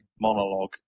monologue